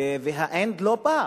וה-end לא בא.